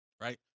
right